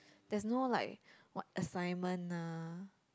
there's no like what assignment ah